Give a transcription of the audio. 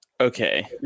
Okay